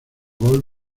gol